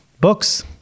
books